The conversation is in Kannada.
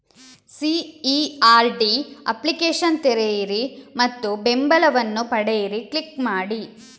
ಸಿ.ಈ.ಆರ್.ಡಿ ಅಪ್ಲಿಕೇಶನ್ ತೆರೆಯಿರಿ ಮತ್ತು ಬೆಂಬಲವನ್ನು ಪಡೆಯಿರಿ ಕ್ಲಿಕ್ ಮಾಡಿ